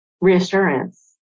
reassurance